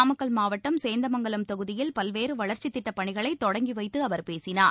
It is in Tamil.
நாமக்கல் மாவட்டம் சேந்தமங்கலம் தொகுதியில் பல்வேறு வளர்ச்சிதிட்டப் பணிகளை தொடங்கி வைத்து அவர் பேசினார்